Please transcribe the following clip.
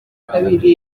kabiri